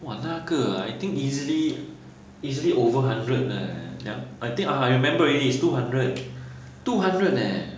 !wah! 那个 ah I think easily easily over hundred eh uh I think I remember already it is two hundred two hundred leh